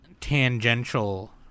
Tangential